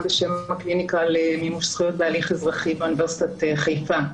בשם הקליניקה למימוש זכויות בהליך אזרחי באוניברסיטת חיפה.